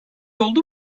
oldu